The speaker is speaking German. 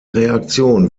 reaktion